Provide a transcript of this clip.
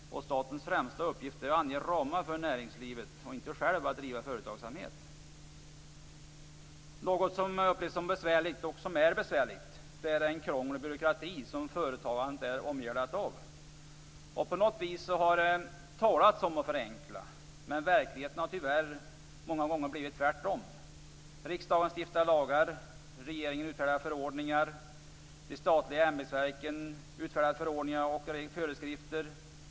Statens främsta uppgift är att ange ramar för näringslivet - inte att själv driva företagsamhet. Något som upplevs som besvärligt, och som är besvärligt, är det krångel och den byråkrati som företagande är omgärdat av. Det har talats om att förenkla, men det har många gånger blivit tvärtom i verkligheten. Riksdagen stiftar lagar. Regeringen utfärdar förordningar. De statliga ämbetsverken utfärdar förordningar och föreskrifter.